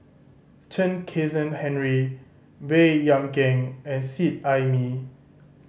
Chen Kezhan Henri Baey Yam Keng and Seet Ai Mee